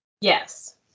Yes